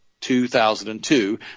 2002